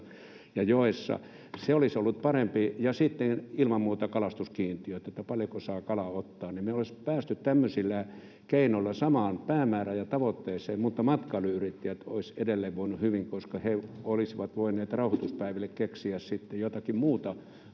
Se olisi ollut parempi, ja sitten ilman muuta kalastuskiintiöt, eli paljonko saa kalaa ottaa. Me olisimme päässeet tämmöisillä keinoilla samaan päämäärään ja tavoitteisiin, mutta matkailuyrittäjät olisivat edelleen voineet hyvin, koska he olisivat voineet rauhoituspäiville keksiä sitten jotakin muuta